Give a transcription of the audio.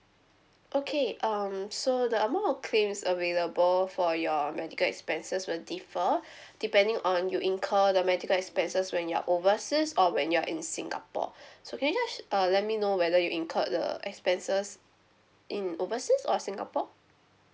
okay um so the amount of claims available for your medical expenses will differ depending on you incur the medical expenses when you are overseas or when you are in singapore so can you just uh let me know whether you incurred the expenses in overseas or singapore